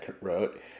wrote